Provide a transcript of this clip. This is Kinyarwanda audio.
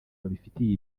babifitiye